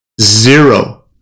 Zero